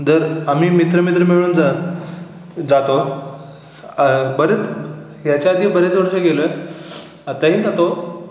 जर आम्ही मित्र मित्र मिळून जा जातो बरेच याच्याआधी बरेच वर्षं गेलो आहे आताही जातो